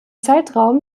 zeitraum